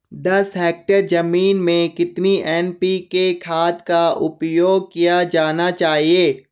दस हेक्टेयर जमीन में कितनी एन.पी.के खाद का उपयोग किया जाना चाहिए?